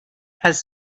has